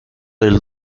del